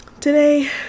today